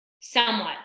somewhat